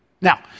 Now